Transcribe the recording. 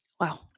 wow